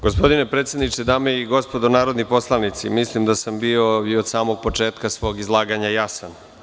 Gospodine predsedniče, dame i gospodo, narodni poslanici, mislim da sam od samog početka svog izlaganja bio jasan.